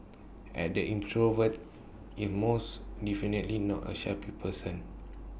and the introvert is most definitely not A shy person